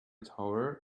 tower